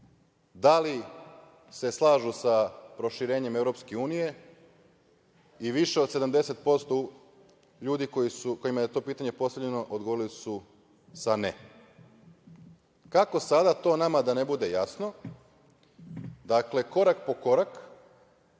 da li se slažu sa proširenjem EU, i više od 70% ljudi kojima je to pitanje postavljeno, odgovorili su sa ne. Kako sada to nama da ne bude jasno, dakle korak po korak